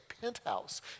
penthouse